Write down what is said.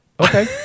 okay